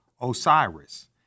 Osiris